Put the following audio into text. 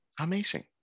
Amazing